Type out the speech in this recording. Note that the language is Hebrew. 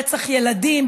רצח ילדים,